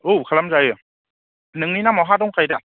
औ खालामजायो नोंनि नामाव हा दंखायो दा